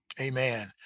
Amen